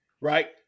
right